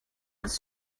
his